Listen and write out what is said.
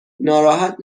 ناراحت